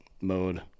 mode